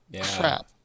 Crap